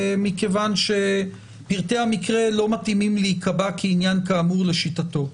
מכיוון שפרטי המקרה לא מתאימים להיקבע כעניין כאמור לשיטתו.